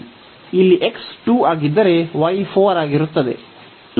ಇಲ್ಲಿ x 2 ಆಗಿದ್ದರೆ y 4 ಆಗಿರುತ್ತದೆ